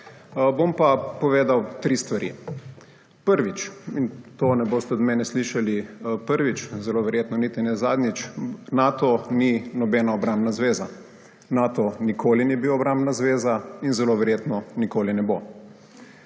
Bom pa povedal tri stvari. Prvič, in to ne boste od mene slišali prvič, zelo verjetno niti ne zadnjič. Nato ni nobena obrambna zveza. Nato nikoli ni bil obrambna zveza in zelo verjetno nikoli ne bo.